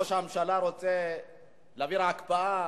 ראש הממשלה רוצה להעביר הקפאה